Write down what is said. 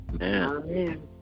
Amen